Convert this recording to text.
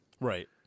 Right